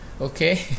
okay